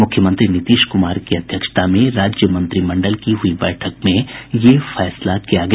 मुख्यमंत्री नीतीश कुमार की अध्यक्षता में राज्य मंत्रिमंडल की हई बैठक में यह फैसला किया गया